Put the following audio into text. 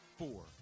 four